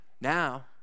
Now